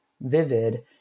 vivid